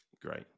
Great